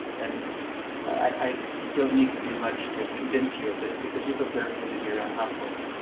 and i don't need to do much to convince you of this because you've observed it in your own households.